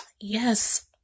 Yes